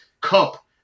Cup